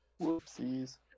whoopsies